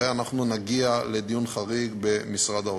ואנחנו נגיע לדיון חריג במשרד האוצר.